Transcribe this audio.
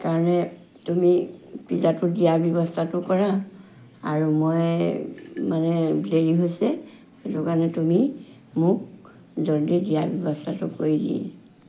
সেইকাৰণে তুমি পিজাটো দিয়াৰ ব্যৱস্থাতো কৰা আৰু মই মানে দেৰি হৈছে সেইটো কাৰণে তুমি মোক জল্দি দিয়াৰ ব্যৱস্থাটো কৰি দিয়া